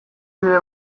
bide